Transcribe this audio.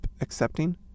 accepting